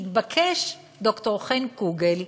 התבקש ד"ר חן קוגל,